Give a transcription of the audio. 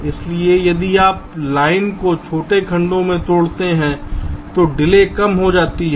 इसलिए यदि आप लाइन को छोटे खंडों में तोड़ते हैं तो डिले कम हो जाती है